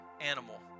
animal